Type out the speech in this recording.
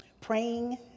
praying